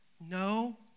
No